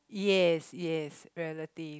yes yes relatives